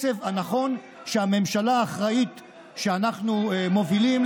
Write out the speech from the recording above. בקצב הנכון שהממשלה האחראית שאנחנו מובילים,